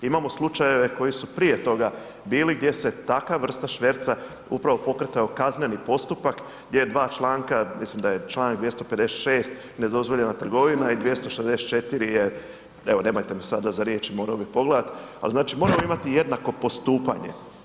Imamo slučajeve koji su prije toga bili gdje se takva vrsta šverca upravo pokretao kazneni postupak gdje je 2 čl., mislim da je čl. 256. nedozvoljena trgovina i 264. je, evo nemojte me sada za riječ, morao bih pogledati, ali znači moramo imati jednako postupanje.